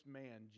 man